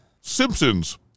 Simpsons